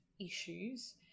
issues